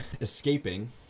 escaping